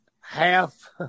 half